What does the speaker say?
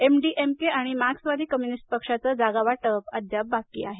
MDMK आणि मार्क्सवादी communist पक्षाचं जागा वाटप अद्याप बाकी आहे